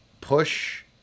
push